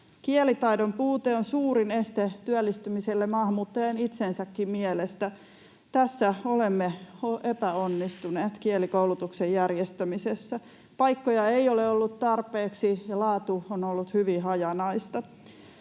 Kielitaidon puute on suurin este työllistymiselle maahanmuuttajan itsensäkin mielestä. Tässä kielikoulutuksen järjestämisessä olemme epäonnistuneet. Paikkoja ei ole ollut tarpeeksi, ja laatu on ollut hyvin hajanaista.